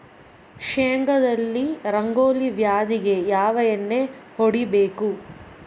ಶೇಂಗಾದಲ್ಲಿ ರಂಗೋಲಿ ವ್ಯಾಧಿಗೆ ಯಾವ ಎಣ್ಣಿ ಹೊಡಿಬೇಕು?